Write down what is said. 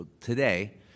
today